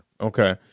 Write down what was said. Okay